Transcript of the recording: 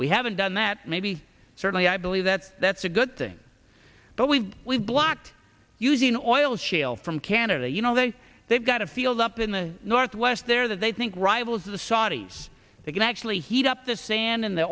we haven't done that maybe certainly i believe that that's a good thing but we've we've blocked using oil shale from canada you know they they've got a field up in the northwest there that they think rivals the saudis they can actually heat up the sand and the